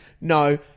No